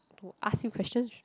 to ask you questions